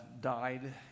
died